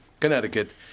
Connecticut